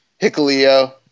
Hickaleo